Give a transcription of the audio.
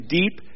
deep